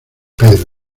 pedro